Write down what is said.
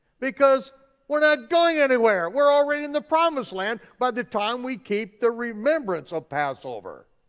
because we're not going anywhere, we're already in the promised land by the time we keep the remembrance of passover.